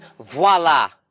voila